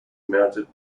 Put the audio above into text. mounted